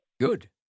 Good